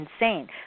insane